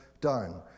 done